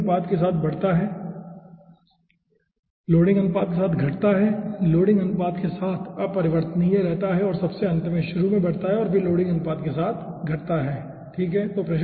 loading अनुपात के साथ बढ़ता है लोडिंग अनुपात के साथ घटता है लोडिंग अनुपात के साथ अपरिवर्तनीय रहता है और सबसे अंत में शुरू में बढ़ता है और फिर लोडिंग अनुपात के साथ घटता है ठीक है